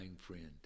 friend